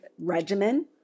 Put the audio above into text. regimen